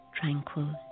tranquil